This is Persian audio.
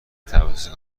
توسط